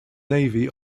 navy